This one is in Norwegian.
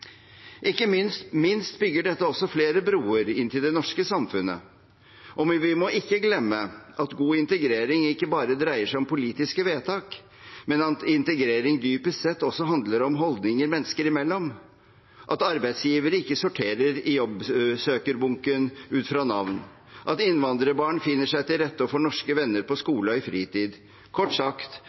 Ikke minst bygger dette også flere broer inn til det norske samfunnet. Og vi må ikke glemme at god integrering ikke bare dreier seg om politiske vedtak, men at integrering dypest sett også handler om holdninger mennesker imellom, at arbeidsgivere ikke sorterer jobbsøkerbunken ut fra navn, at innvandrerbarn finner seg til rette og får norske venner på skole og i fritid – kort sagt